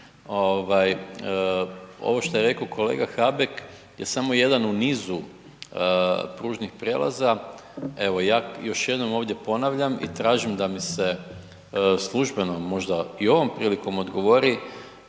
ovo što je rekao kolega Habek je samo jedan u nizu pružnih prijelaza, evo ja još jednom ovdje ponavljam i tražim da mi se službeno možda i ovom prilikom odgovori